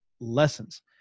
lessons